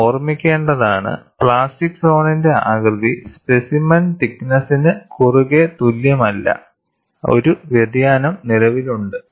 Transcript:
നിങ്ങൾ ഓർമ്മിക്കേണ്ടതാണ് പ്ലാസ്റ്റിക് സോണിന്റെ ആകൃതി സ്പെസിമെൻ തിക്ക്നെസ്സ്നു കുറുകെ തുല്യമല്ല ഒരു വ്യതിയാനം നിലവിലുണ്ട്